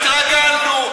כבר התרגלנו.